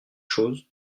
chose